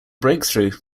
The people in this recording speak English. breakthrough